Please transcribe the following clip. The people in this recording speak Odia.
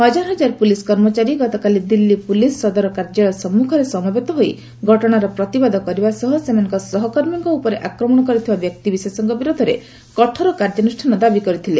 ହଜାର ହଜାର ପୁଲିସ୍ କର୍ମଚାରୀ ଗତକାଲି ଦିଲ୍ଲୀ ପୁଲିସ୍ ସଦର କାର୍ଯ୍ୟାଳୟ ସମ୍ମୁଖରେ ସମବେତ ହୋଇ ଘଟଣାର ପ୍ରତିବାଦ କରିବା ସହ ସେମାନଙ୍କ ସହକର୍ମୀଙ୍କ ଉପରେ ଆକ୍ରମଣ କରିଥିବା ବ୍ୟକ୍ତିବିଶେଷଙ୍କ ବିରୋଧରେ କଠୋର କାର୍ଯ୍ୟାନୁଷାନ ଦାବି କରିଥିଲେ